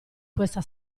questa